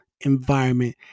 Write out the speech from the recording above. environment